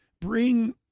bring